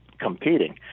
competing